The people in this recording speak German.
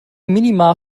minima